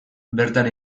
bertan